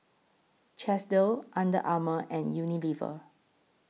Chesdale Under Armour and Unilever